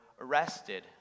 arrested